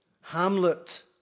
Hamlet